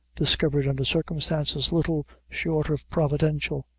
discovered, under circumstances little short of providential.